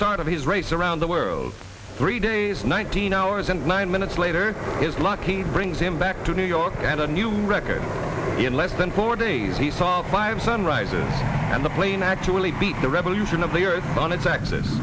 start of his race around the world three days nineteen hours and nine minutes later is lucky to bring him back to new york at a new record in less than four days he saw five sunrises and the plane actually beat the revolution of the earth